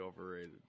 overrated